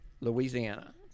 Louisiana